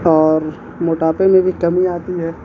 اور موٹاپے میں بھی کمی آتی ہے